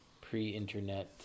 pre-internet